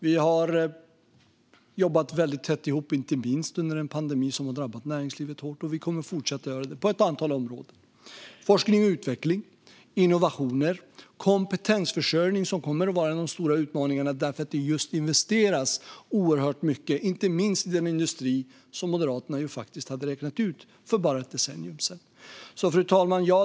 Vi har jobbat väldigt tätt ihop inte minst under den pandemi som har drabbat näringslivet hårt, och vi kommer att fortsätta att göra det på ett antal områden. Forskning och utveckling, innovationer samt kompetensförsörjning kommer att vara de stora utmaningarna därför att det just investeras oerhört mycket, inte minst i den industri som Moderaterna faktiskt hade räknat ut för bara ett decennium sedan. Fru talman!